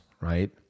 right